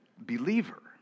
believer